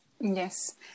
Yes